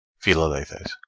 philalethes.